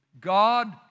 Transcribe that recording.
God